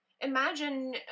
imagine